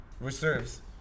reserves